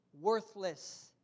worthless